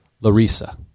Larissa